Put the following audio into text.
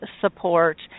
support